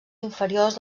inferiors